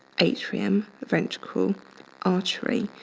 atrium, ventricle, artery,